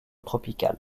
tropical